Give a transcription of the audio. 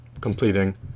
completing